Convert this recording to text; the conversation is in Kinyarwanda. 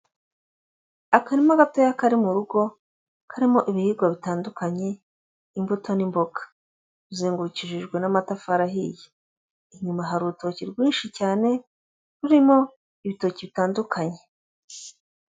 Akarima gatoya kari mu rugo karimo ibiribwa bitandukanye, imbuto n'imboga, bizengukishijwe n'amatafari ahiye, inyuma hari urutoki rwinshi cyane rurimo ibitoki bitandukanye.